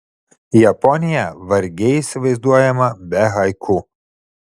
japonija vargiai įsivaizduojama be haiku